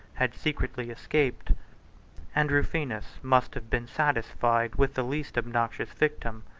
had secretly escaped and rufinus must have been satisfied with the least obnoxious victim,